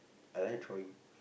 I like drawing